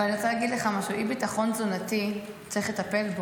אבל אני רוצה להגיד לך משהו: באי-ביטחון תזונתי צריך לטפל.